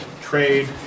trade